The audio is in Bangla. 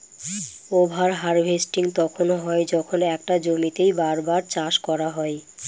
ওভার হার্ভেস্টিং তখন হয় যখন একটা জমিতেই বার বার চাষ করা হয়